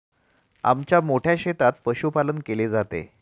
आमच्या मोठ्या शेतात पशुपालन केले जाते